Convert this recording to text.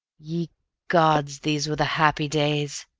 ye gods! these were the happy days,